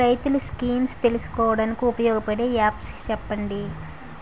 రైతులు స్కీమ్స్ తెలుసుకోవడానికి ఉపయోగపడే యాప్స్ చెప్పండి?